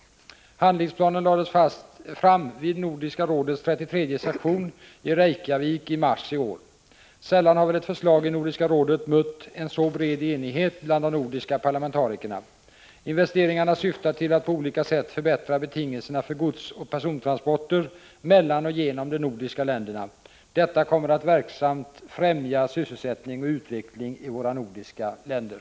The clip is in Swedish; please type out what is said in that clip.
Handlingsplanen lades fram vid Nordiska rådets 33:e session i Reykjavik i mars i år. Sällan har väl ett förslag i Nordiska rådet mött en så bred enighet bland de nordiska parlamentarikerna. Investeringarna syftar till att på olika sätt förbättra betingelserna för godsoch persontransporter mellan och genom de nordiska länderna. Detta kommer verksamt att främja sysselsättning och utveckling i våra nordiska länder.